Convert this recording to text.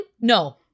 No